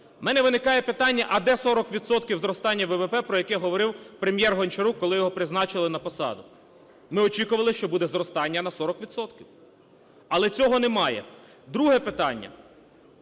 У мене виникає питання: а де 40 відсотків зростання ВВП про яке говорив прем'єр Гончарук, коли його призначили на посаду. Ми очікували, що буде зростання на 40 відсотків, але цього немає. Друге питання.